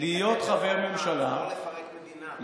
לקדם רפורמה זה לא לפרק מדינה.